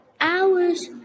hours